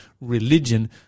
religion